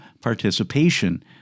participation